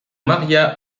maria